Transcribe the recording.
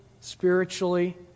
spiritually